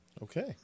Okay